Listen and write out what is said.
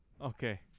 Okay